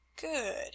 good